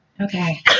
okay